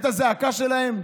את הזעקה שלהם?